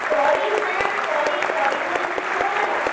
sorry ma'am sorry sorry বললে তো কিছু হবে না